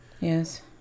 Yes